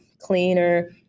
cleaner